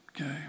okay